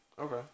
Okay